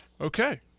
Okay